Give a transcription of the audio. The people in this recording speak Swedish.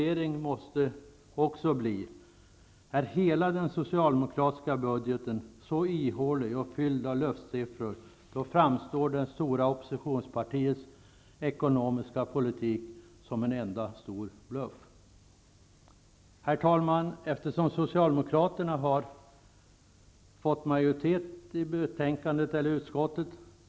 Min reflexion måste också bli: Är hela den socialdemokratiska budgeten så ihålig och fylld av luftsiffror framstår det stora oppositionspartiets ekonomiska politik som en enda stor bluff. Herr talman! Socialdemokraterna har fått majoritet i utskottet.